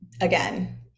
again